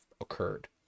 occurred